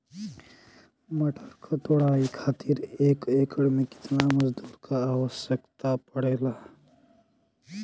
मटर क तोड़ाई खातीर एक एकड़ में कितना मजदूर क आवश्यकता पड़ेला?